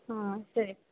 ಹಾಂ ಸರಿ